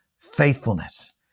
faithfulness